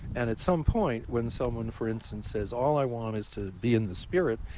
and at some point when someone for instance says, all i want is to be in the spirit,